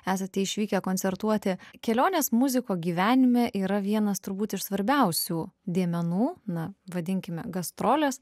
esate išvykę koncertuoti kelionės muziko gyvenime yra vienas turbūt iš svarbiausių dėmenų na vadinkime gastrolės